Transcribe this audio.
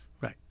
Right